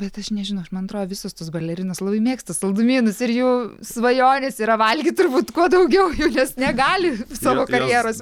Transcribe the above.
bet aš nežinau aš man atrodo visos tos balerinos labai mėgsta saldumynus ir jų svajonės yra valgyt turbūt kuo daugiau nes negali savo karjeros